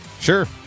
Sure